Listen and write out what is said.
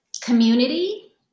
community